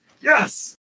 Yes